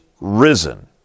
risen